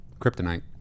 Kryptonite